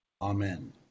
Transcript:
Amen